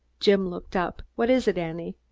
jim looked up. what is it, annie?